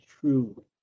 true